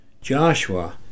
Joshua